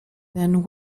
then